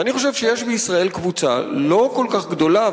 ואני חושב שיש בישראל קבוצה לא כל כך גדולה,